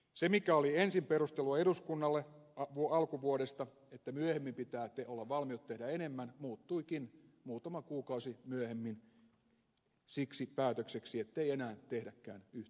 se mikä oli ensin perustelua eduskunnalle alkuvuodesta että myöhemmin pitää olla valmiutta tehdä enemmän muuttuikin muutama kuukausi myöhemmin siksi päätökseksi ettei enää tehdäkään yhtään mitään